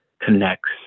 connects